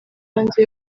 hanze